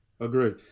agree